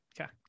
Okay